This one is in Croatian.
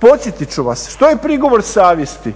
podsjetit ću vaš što je prigovor savjesti,